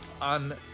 On